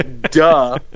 Duh